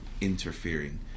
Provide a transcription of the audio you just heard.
interfering